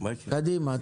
קדימה,